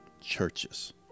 churches